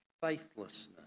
faithlessness